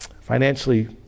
financially